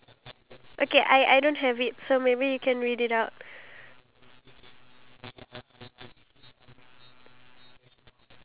you know I actually have the opportunity to go all the way to harvard you know to pursue a music degree over there